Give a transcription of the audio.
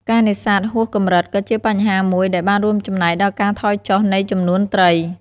ការនេសាទហួសកម្រិតក៏ជាបញ្ហាមួយដែលបានរួមចំណែកដល់ការថយចុះនៃចំនួនត្រី។